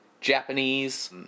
Japanese